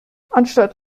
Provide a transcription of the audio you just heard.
anstatt